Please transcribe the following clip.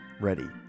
ready